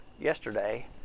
yesterday